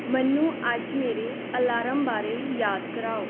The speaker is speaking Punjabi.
ਮੈਨੂੰ ਅੱਜ ਮੇਰੇ ਅਲਾਰਮ ਬਾਰੇ ਯਾਦ ਕਰਾਓ